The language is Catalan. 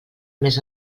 més